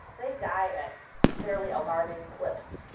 they die at fairly alarming clips.